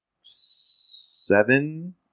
seven